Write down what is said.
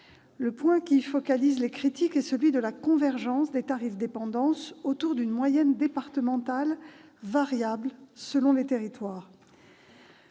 Le point qui focalise les critiques est celui de la convergence des tarifs dépendance autour d'une moyenne départementale variable selon les territoires.